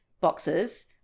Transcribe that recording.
boxes